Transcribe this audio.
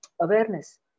awareness